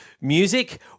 music